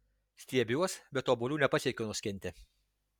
stiebiuos bet obuolių nepasiekiu nuskinti